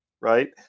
right